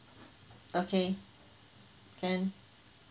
okay can